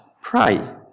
pray